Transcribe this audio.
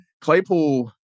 Claypool